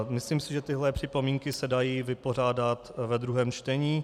Myslím si, že tyhle připomínky se dají vypořádat ve druhém čtení.